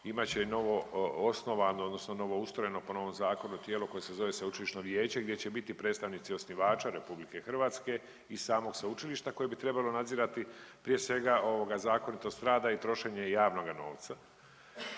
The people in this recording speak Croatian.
imat će i novo osnovano, odnosno novo ustrojeno po novom zakonu tijelo koje se zove Sveučilišno vijeće gdje će biti predstavnici osnivača Republike Hrvatske i samog Sveučilišta koje bi trebalo nadzirati prije svega zakonitost rada i trošenje javnoga novca.